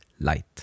light